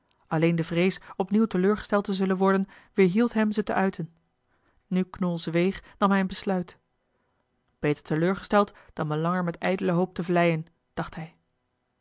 alleen de vrees opnieuw teleurgesteld te zullen worden weerhield hem ze te uiten nu knol zweeg nam hij een besluit beter teleurgesteld dan me langer met ijdele hoop te vleien dacht hij